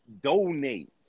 donate